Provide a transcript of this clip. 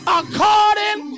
according